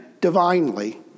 Divinely